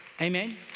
Amen